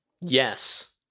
Yes